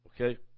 Okay